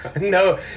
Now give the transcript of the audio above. No